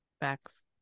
Facts